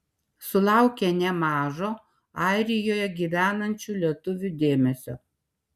sulaukė nemažo airijoje gyvenančių lietuvių dėmesio